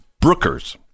Brookers